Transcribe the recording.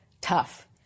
tough